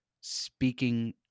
speaking